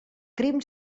crim